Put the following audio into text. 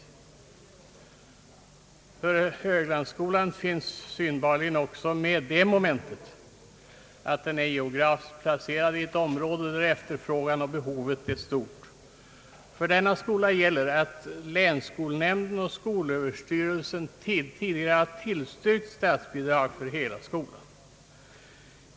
Beträffande Höglandsskolan finns synbarligen också med det momentet att den är geografiskt placerad i ett område där behovet är stort. För denna skola gäller att länsskolnämnden och skolöverstyrelsen tidigare tillstyrkt statsbidrag för hela skolan.